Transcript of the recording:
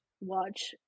watch